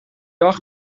dag